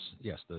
yes